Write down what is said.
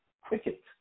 cricket